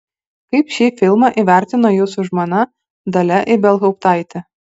kaip šį filmą įvertino jūsų žmona dalia ibelhauptaitė